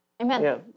amen